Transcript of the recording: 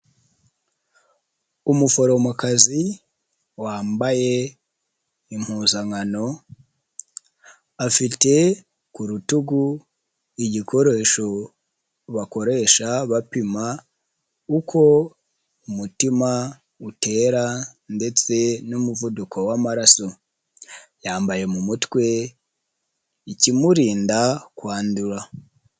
Umuforomokazi wambaye impuzankano, afite ku rutugu igikoresho bakoresha bapima uko umutima, uko umutima utera, ndetse n'umuvuduko w'amaraso, yambaye mu mutwe ikimurinda kwandura.